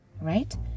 right